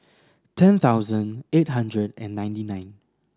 ten thousand eight hundred and ninety nine